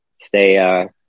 stay